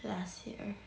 last year